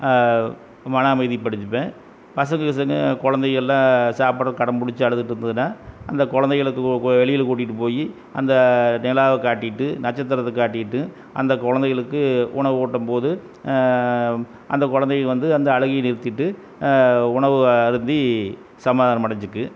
மன அமைதிப்படுத்திப்பேன் பசங்கள் கிசங்கள் கொழந்தைகள்லாம் சாப்பிடுறக்கு அடம்பிடிச்சி அழுதுட்டு இருந்துதுன்னால் அந்த கொழந்தைகளுக்கு வெளியில் கூட்டிகிட்டு போய் அந்த நிலாவ காட்டிகிட்டு நட்சத்திரத்தை காட்டிகிட்டு அந்த கொழந்தைகளுக்கு உணவு ஊட்டும்போது அந்த கொழந்தைக வந்து அந்த அழுகைய நிறுத்திவிட்டு உணவை அருந்தி சமாதானம் அடைஞ்சிக்கும்